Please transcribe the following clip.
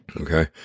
Okay